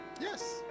yes